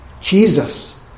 Jesus